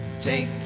Take